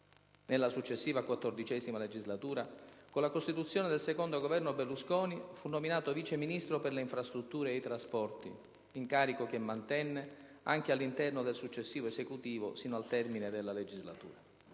Nella successiva XIV Legislatura, con la costituzione del II Governo Berlusconi, fu nominato Vice Ministro per le infrastrutture e i trasporti, incarico che mantenne anche all'interno del successivo Esecutivo, sino al termine della Legislatura.